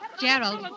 Gerald